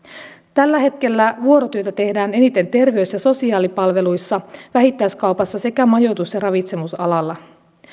tällä hetkellä vuorotyötä tehdään eniten terveys ja sosiaalipalveluissa vähittäiskaupassa sekä majoitus ja ravitsemusalalla